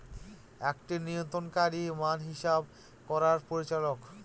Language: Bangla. একটি নিয়ন্ত্রণকারী মান হিসাব করার পরিচালক